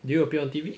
did you appear on T_V